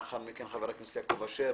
לאחר מכן חבר הכנסת יעקב אשר.